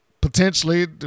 potentially